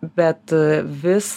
bet vis